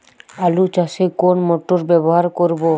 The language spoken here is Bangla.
আলু চাষে কোন মোটর ব্যবহার করব?